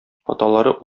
аталары